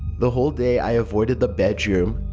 the whole day i avoided the bedroom,